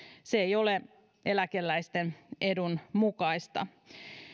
se ei ole eläkeläisten edun mukaista